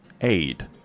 aid